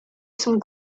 some